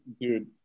dude